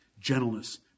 gentleness